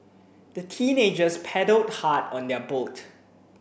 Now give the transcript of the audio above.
the teenagers paddled hard on their boat